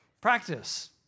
Practice